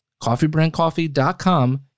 CoffeeBrandCoffee.com